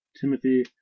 Timothy